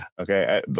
okay